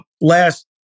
last